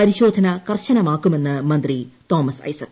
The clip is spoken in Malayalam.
പരിശോധന കർശനമാക്കുമെന്ന് മന്ത്രി തോമസ് ഐസക്